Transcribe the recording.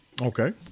Okay